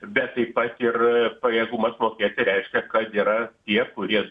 bet taip pat ir pajėgumas mokėti reiškia kad yra tie kurie